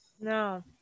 No